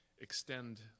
extend